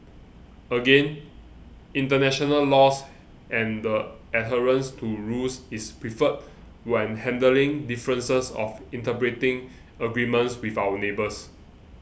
again international laws and the adherence to rules is preferred when handling differences of interpreting agreements with our neighbours